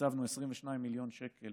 22 מיליון שקל